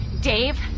Dave